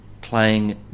playing